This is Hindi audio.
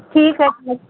ठीक है फिर